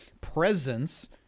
presence